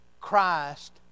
Christ